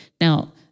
Now